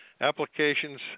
Applications